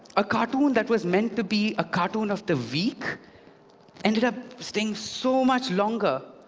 a cartoon that was meant to be a cartoon of the week ended up staying so much longer.